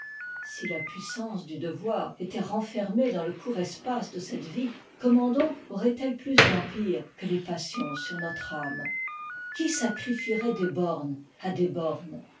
si la puissance du devoir était renfermée dans le court espace de cette vie comment donc aurait-elle plus d'empire que les passions sur notre âme qui sacrifierait des bornes à des bornes